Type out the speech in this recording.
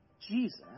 Jesus